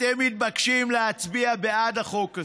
אתם מתבקשים להצביע בעד החוק הזה.